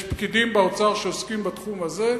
יש פקידים באוצר שעוסקים בתחום הזה,